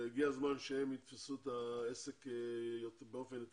והגיע הזמן שהם יתפסו את העסק באופן יותר